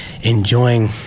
enjoying